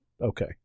okay